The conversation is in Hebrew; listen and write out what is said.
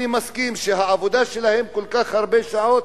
אני מסכים שהעבודה שלהם במשך כל כך הרבה שעות,